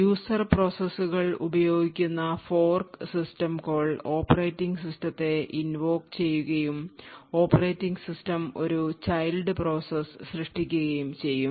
user പ്രോസസ്സുകൾ ഉപയോഗിക്കുന്ന fork system call operating സിസ്റ്റത്തെ invoke ചെയ്യുകയും ഓപ്പറേറ്റിംഗ് സിസ്റ്റം ഒരു ചൈൽഡ് പ്രോസസ്സ് സൃഷ്ടിക്കുകയും ചെയ്യും